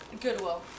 Goodwill